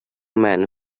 men